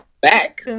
back